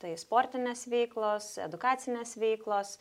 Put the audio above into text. tai sportinės veiklos edukacinės veiklos